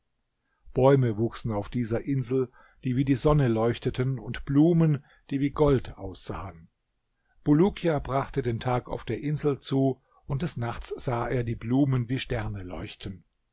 bäume wuchsen auf dieser insel die wie die sonne leuchteten und blumen die wie gold aussahen bulukia brachte den tag auf der insel zu und des nachts sah er die blumen wie sterne leuchten